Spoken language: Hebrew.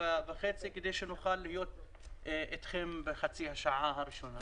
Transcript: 9:30 כדי שאוכל להיות אתכם בחצי השעה הראשונה.